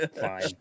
Fine